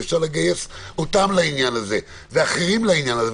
אפשר לגייס אותם ואחרים לעניין הזה,